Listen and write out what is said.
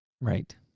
right